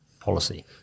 policy